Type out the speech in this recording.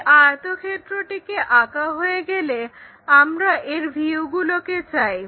এই আয়তক্ষেত্রটিকে আঁকা হয়ে গেলে আমরা এর ভিউগুলোকে চাই